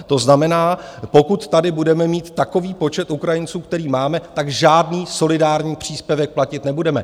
To znamená, pokud tady budeme mít takový počet Ukrajinců, který máme, tak žádný solidární příspěvek platit nebudeme.